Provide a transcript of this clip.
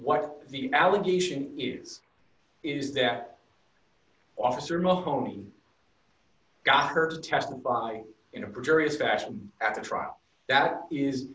what the allegation is is that officer moneim got her to testify in a precarious back at the trial that is